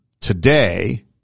today –